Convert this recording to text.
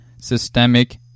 systemic